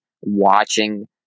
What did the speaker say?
watching